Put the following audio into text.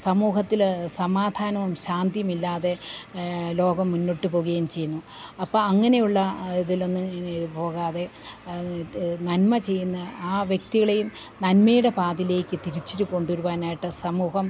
സമൂഹത്തില് സമാധാനവും ശാന്തിയും ഇല്ലാതെ ലോകം മുന്നോട്ട് പോകുകയും ചെയ്യുന്നു അപ്പം അങ്ങനെയുള്ള ഇതിലൊന്നും പോകാതെ നന്മ ചെയ്യുന്ന ആ വ്യക്തികളെയും നന്മയുടെ പാതയിലേക്ക് തിരിച്ച് കൊണ്ടുവരുവാനായിട്ട് സമൂഹം